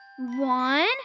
One